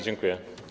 Dziękuję.